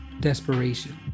desperation